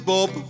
Bob